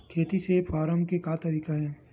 खेती से फारम के का तरीका हे?